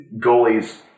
goalies